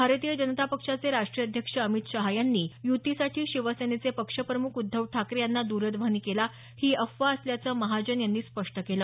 भारतीय जनता पक्षाचे राष्टीय अध्यक्ष अमित शहा यांनी युतीसाठी शिवसेनेचे पक्षप्रमुख उद्धव ठाकरे यांना दरध्वनी केला ही अफवा असल्याचं महाजन यांनी स्पष्ट केलं